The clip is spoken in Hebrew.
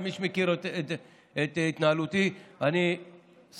ומי שמכיר את התנהלותי, אני שמח,